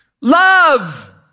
Love